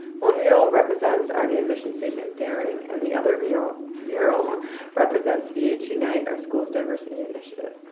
one mural represents our new mission statement daring and the other mural mural represents vh unite, our school's diversity initiative.